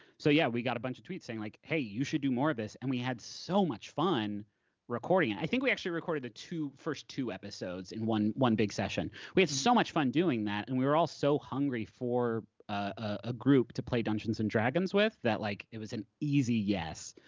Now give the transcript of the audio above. so, yeah, we got a bunch of tweets saying like, hey, you should do more of this. and we had so much fun recording it. i think we actually recorded the first two episodes in one one big session. we had so much fun doing that, and we were all so hungry for a group to play dungeons and dragons with that like it was an easy yes.